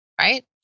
right